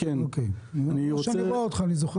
אני רוצה לתת